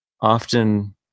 often